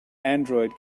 android